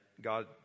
God